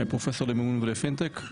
פרופ' למימון ולפינטק.